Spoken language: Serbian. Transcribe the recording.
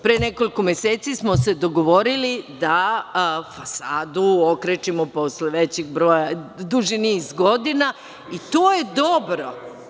Pre nekoliko meseci smo se dogovorili da fasadu okrečimo posle dužeg niza godina i to je dobro.